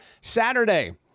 Saturday